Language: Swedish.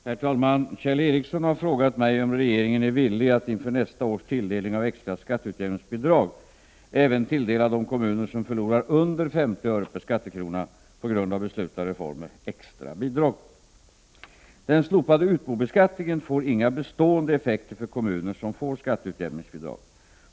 Herr talman! Kjell Ericsson har frågat mig om regeringen är villig att inför nästa års tilldelning av extra skatteutjämningsbidrag även tilldela de kommuner som förlorar under 50 öre/skattekrona på grund av beslutade reformer extra bidrag. Den slopade utbobeskattningen får inga bestående effekter för kommuner som får skatteutjämningsbidrag.